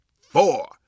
four